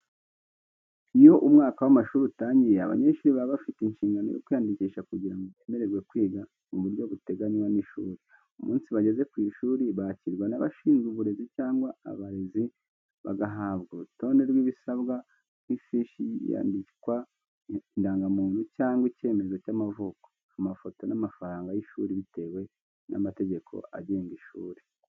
Iyo umwaka w’amashuri utangiye, abanyeshuri baba bafite inshingano yo kwiyandikisha kugira ngo bemererwe kwiga mu buryo buteganywa n’ishuri. Umunsi bageze ku ishuri, bakirwa n’abashinzwe uburezi cyangwa abarezi, bagahabwa urutonde rw’ibisabwa nk’ifishi y’iyandikwa, indangamuntu cyangwa icyemezo cy’amavuko, amafoto n’amafaranga y’ishuri bitewe n’amategeko agenga ishuri.